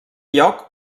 lloc